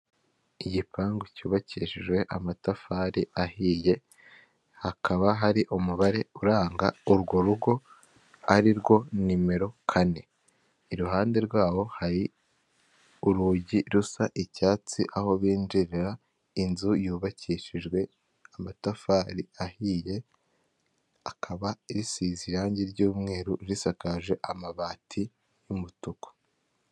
Igipangu cyubakishijwe amatafari ahiye hakaba hari umubare uranga urwo rugo ari rwo nimero kane, iruhande rwaho hari urugi rusa icyatsi aho binjirira inzu yubakishijwe amatafari ahiye, akaba risize irangi ry'umweru risakaje amabati y'umutuku.